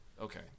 okay